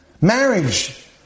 Marriage